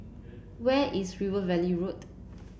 where is River Valley Road